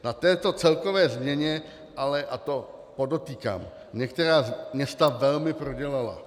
Na této celkové změně ale, a to podotýkám, některá města velmi prodělala.